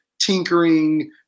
tinkering